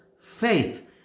faith